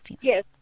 yes